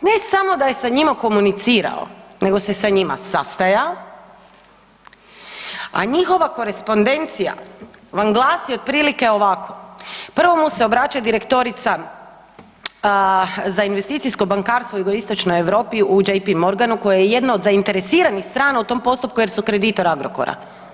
ne samo da je sa njima komunicirao, nego se sa njima sastajao, a njihova korespondencija vam glasi otprilike ovako, prvo mu se obraća direktorica za investicijsko bankarstvo u jugoistočnoj Europi u JP Morganu koja je jedna od zainteresiranih strana u tom postupku jer su kreditor Agrokora.